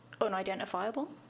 unidentifiable